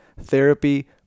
therapy